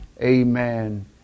Amen